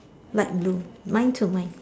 light blue mine too mine